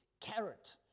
carrot